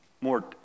more